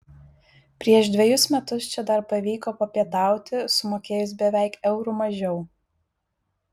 prieš dvejus metus čia dar pavyko papietauti sumokėjus beveik euru mažiau